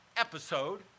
episode